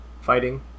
fighting